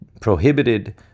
prohibited